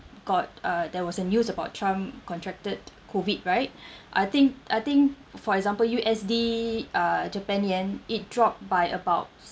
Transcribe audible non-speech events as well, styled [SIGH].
got uh there was a news about trump contracted COVID right [BREATH] I think I think for example U_S_D uh japan yen it dropped by about